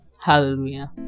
Hallelujah